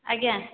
ଆଜ୍ଞା